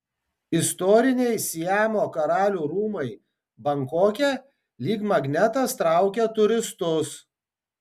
istoriniai siamo karalių rūmai bankoke lyg magnetas traukia turistus